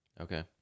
Okay